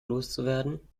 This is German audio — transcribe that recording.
loszuwerden